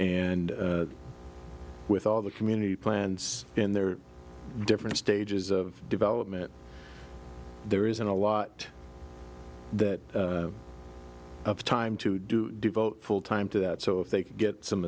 and with all the community plans in their different stages of development there isn't a lot that of time to do devote full time to that so if they could get some